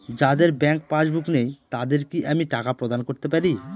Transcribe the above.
যাদের bank passbook নেই তাদের কি আমি টাকা প্রদান করতে পারি?